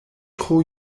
tro